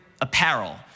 apparel